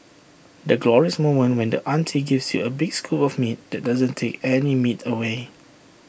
the glorious moment when the auntie gives you A big scoop of meat that doesn't take any meat away